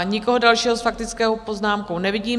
Nikoho dalšího s faktickou poznámkou nevidím.